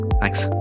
Thanks